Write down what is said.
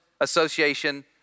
association